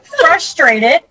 frustrated